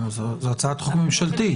זאת הצעת חוק ממשלתית.